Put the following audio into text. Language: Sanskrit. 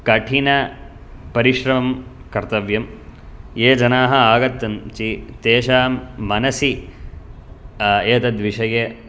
कठिन परिश्रमं कर्तव्यम् ये जनाः आगच्छन्ति तेषां मनसि एतद्विषये